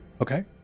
Okay